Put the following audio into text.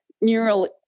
neural